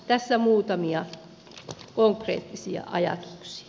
tässä muutamia konkreettisia ajatuksia